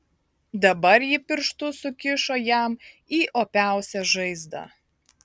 dabar ji pirštus sukišo jam į opiausią žaizdą